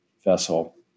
vessel